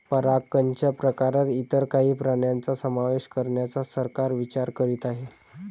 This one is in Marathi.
परागकणच्या प्रकारात इतर काही प्राण्यांचा समावेश करण्याचा सरकार विचार करीत आहे